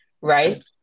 right